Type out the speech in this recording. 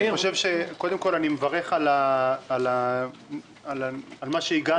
קודם כל, אני מברך על מה שהגענו.